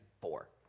four